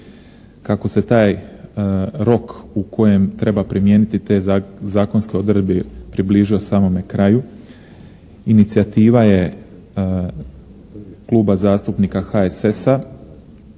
Kako se taj rok u kojem treba primijeniti te zakonske odredbe približio samome kraju inicijativa je Kluba zastupnika HSS-a